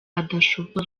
adashobora